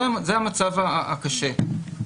זה המצב הקשה,